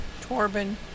Torben